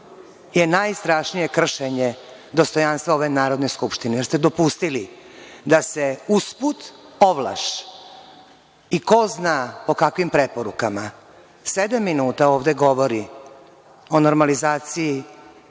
je najstrašnije kršenje dostojanstva ove Narodne skupštine, jer ste dopustili da se usput, ovlaš i ko zna po kakvim preporukama sedam minuta ovde govori o normalizaciji